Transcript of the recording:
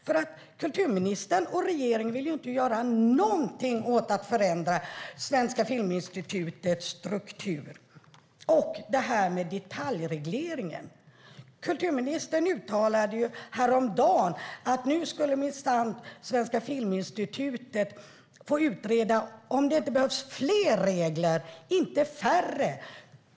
Kulturministern och regeringen vill inte göra någonting för att förändra Svenska Filminstitutets struktur. När det gäller detaljregleringen uttalade kulturministern häromdagen att nu ska minsann Svenska Filminstitutet få utreda om det behövs fler regler, inte färre.